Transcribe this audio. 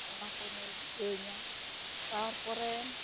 ᱚᱱᱟ ᱠᱚ ᱧᱮᱞ ᱵᱩᱡᱷᱟᱹᱣ ᱟᱹᱧᱟᱹ ᱛᱟᱨᱯᱚᱨᱮ